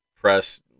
press